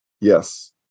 Yes